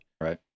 Right